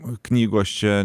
o knygos čia